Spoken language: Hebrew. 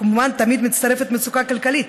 תמיד מצטרפת מצוקה כלכלית,